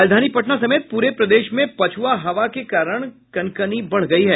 राजधानी पटना समेत पूरे प्रदेश में पछ्आ हवा के कारण कनकनी बढ़ गयी है